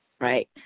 right